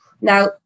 Now